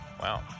Wow